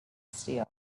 still